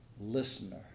listener